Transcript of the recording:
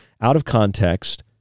out-of-context